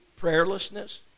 prayerlessness